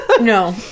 No